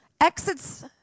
exits